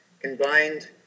combined